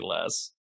less